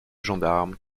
gendarme